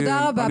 תודה רבה.